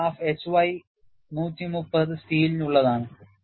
ഈ graph HY 130 സ്റ്റീലിനുള്ളതാണ്